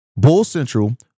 BULLCENTRAL